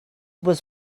was